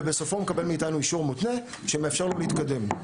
ובסופו הוא מקבל מאיתנו אישור מותנה שמאפשר לו להתקדם.